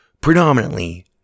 predominantly